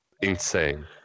insane